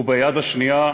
וביד השנייה,